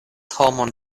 homon